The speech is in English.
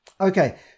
Okay